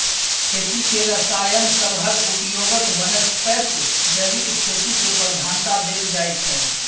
खेती मे रसायन सबहक उपयोगक बनस्पैत जैविक खेती केँ प्रधानता देल जाइ छै